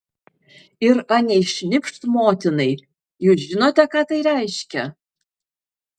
ir anei šnipšt motinai jūs žinote ką tai reiškia